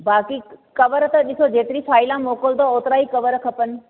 बाक़ी कवर त ॾिसो जेतिरी फाइलूं मोकिलिंदो ओतिरा ई कवर खपनि